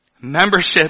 Membership